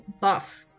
buff